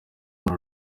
uru